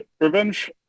revenge